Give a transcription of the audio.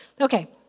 Okay